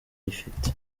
ifite